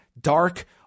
Dark